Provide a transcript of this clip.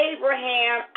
Abraham